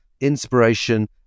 inspiration